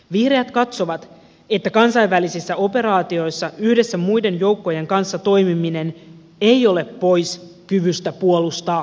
vihreät katsovat että kansainvälisissä operaatioissa yhdessä muiden joukkojen kanssa toimiminen ei ole pois kyvystä puolustaa suomea